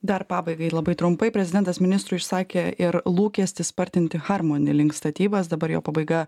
dar pabaigai labai trumpai prezidentas ministrui išsakė ir lūkestį spartinti harmony link statybas dabar jo pabaiga